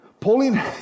Pauline